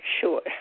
Sure